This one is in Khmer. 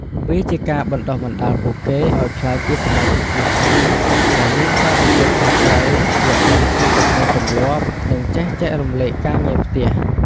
វាជាការបណ្ដុះបណ្ដាលពួកគេឲ្យក្លាយជាសមាជិកគ្រួសារដែលមានការទទួលខុសត្រូវ យល់ដឹងពីទំនៀមទម្លាប់ និងចេះចែករំលែកការងារផ្ទះ។